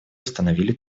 установили